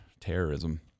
terrorism